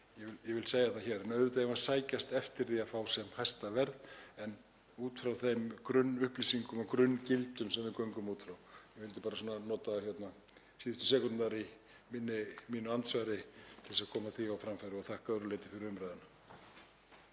Ég vil segja það hér. Auðvitað eigum við að sækjast eftir því að fá sem hæst verð en út frá þeim grunnupplýsingum og grunngildum sem við göngum út frá. Ég vildi bara nota síðustu sekúndurnar í mínu andsvari til að koma því á framfæri og þakka að öðru leyti fyrir umræðuna.